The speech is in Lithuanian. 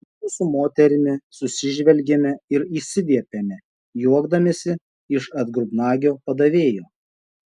mudu su moterimi susižvelgėme ir išsiviepėme juokdamiesi iš atgrubnagio padavėjo